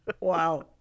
Wow